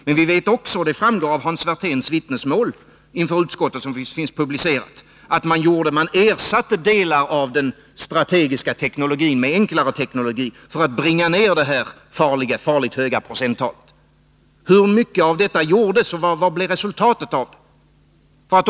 Men vi vet också — och det framgår av Hans Werthéns vittnesmål inför utskottet, som finns publicerat — att man ersatte delar av den strategiska teknologin med enklare teknologi för att bringa ner det här farligt höga procenttalet. Hur mycket var det man ersatte, och vad blev resultatet av det?